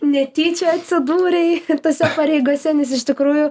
netyčia atsidūrei tose pareigose nes iš tikrųjų